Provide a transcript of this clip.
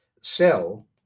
sell